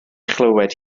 chlywed